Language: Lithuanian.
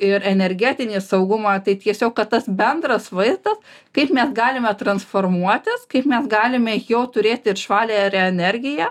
ir energetinį saugumą tai tiesiog kad tas bendras vaizdas kaip mes galime transformuotis kaip mes galime jau turėti ir švarią ir energiją